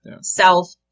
self